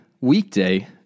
weekday